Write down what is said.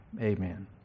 Amen